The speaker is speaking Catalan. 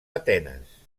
atenes